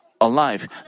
alive